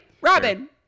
Robin